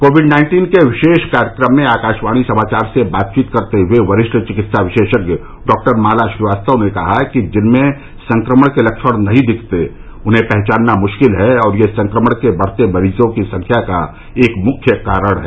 Covid nineteen के विशेष कार्यक्रम में आकाशवाणी समाचार से बातचीत करते हुए वरिष्ठ चिकित्सा विशेषज्ञ डाक्टर माला श्रीवास्तव ने कहा कि जिनमें संक्रमण के लक्षण नहीं दिखते उन्हें पहचानना मुश्किल है और यह संक्रमण के बढ़ते मरीजों की संख्या का एक मुख्य कारण है